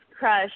Crush